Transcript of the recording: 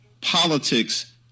politics